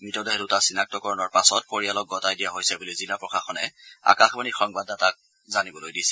মৃতদেহ দুটা চিনাক্তকৰণৰ পাছত পৰিয়ালক গটাই দিয়া হৈছে বুলি জিলা প্ৰশাসনে আকাশবাণীৰ সংবাদদাতাক জানিবলৈ দিছে